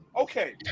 okay